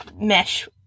mesh